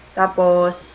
tapos